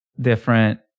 different